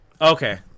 Okay